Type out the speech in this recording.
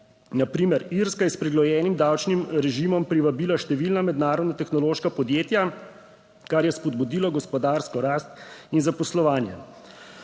na primer Irska je s prilagojenim davčnim režimom privabila številna mednarodna tehnološka podjetja, kar je spodbudilo gospodarsko rast in zaposlovanje.